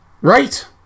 Right